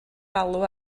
alw